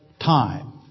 time